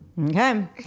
Okay